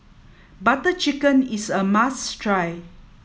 butter chicken is a must try